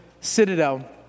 citadel